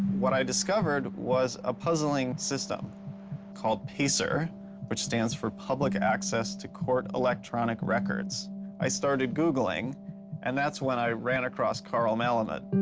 what i discovered was a puzzling system called pacer which stands for public access to court electronic records i started googling and that's when i read across carl malamud